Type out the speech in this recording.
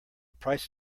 price